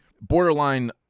borderline